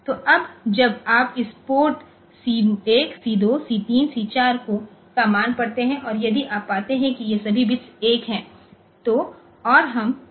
तो अब जब आप इस port C 1 C 2 C 3 C 4 का मान पढ़ते हैं और यदि आप पाते हैं कि ये सभी बिट्स 1 हैं